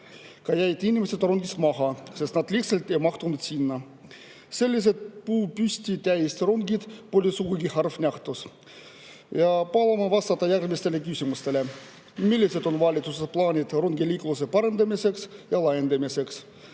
jäid inimesed rongist maha, sest nad lihtsalt ei mahtunud sinna. Sellised puupüsti täis rongid pole sugugi harv nähtus. Palume vastata järgmistele küsimustele. Millised on valitsuse plaanid rongiliikluse parandamiseks ja laiendamiseks?